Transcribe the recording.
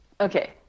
Okay